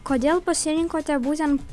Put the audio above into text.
kodėl pasirinkote būtent